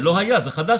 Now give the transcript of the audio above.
זה לא היה, זה חדש.